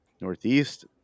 Northeast